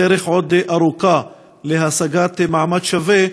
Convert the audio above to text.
הדרך עוד ארוכה להשגת מעמד שווה,